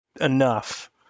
enough